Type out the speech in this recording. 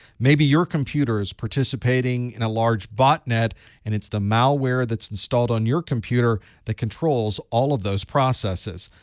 maybe your computer is participating in a large botnet and it's the malware that's installed on your computer that controls all of those processes.